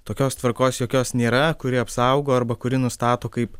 tokios tvarkos jokios nėra kuri apsaugo arba kuri nustato kaip